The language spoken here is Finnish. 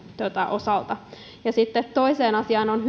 osalta sitten toiseen asiaan on